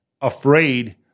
afraid